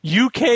UK